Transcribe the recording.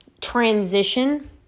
transition